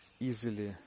easily